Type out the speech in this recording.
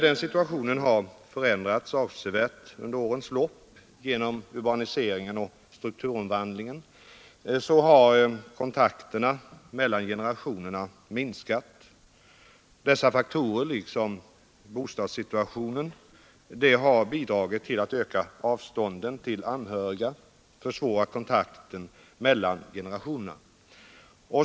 Den situationen har emellertid förändrats avsevärt under årens lopp; genom urbaniseringen och strukturomvandlingen har kontakterna mellan generationerna minskat. Dessa faktorer, liksom bostadssituationen, har bidragit till att öka avståndet till anhöriga och försvårat kontakten mellan generationerna.